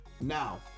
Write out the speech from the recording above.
Now